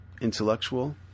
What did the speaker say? Intellectual